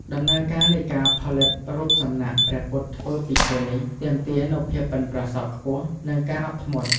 ដំណើរការនៃការផលិតរូបសំណាកព្រះពុទ្ធធ្វើពីឈើនេះ ទាមទារនូវភាពប៉ិនប្រសប់ខ្ពស់ និងការអត់ធ្មត់។